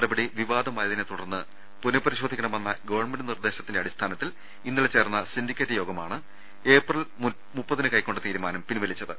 നടപടി വിവാദമായതിനെ തുടർന്ന് പുനപരിശോധിക്കണമെന്ന ഗവൺമെന്റ് നിർദേശത്തിന്റെ അടിസ്ഥാനത്തിൽ ഇന്നലെ ചേർന്ന സിൻഡിക്കേറ്റ് യോഗമാണ് ഏപ്രിൽ മുപ്പതിനു കൈക്കൊണ്ട തീരുമാനം പിൻവലിച്ചത്